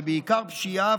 ובעיקר פשיעה,